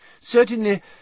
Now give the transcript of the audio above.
Certainly